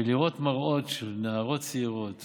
ולראות מראות של נערות צעירות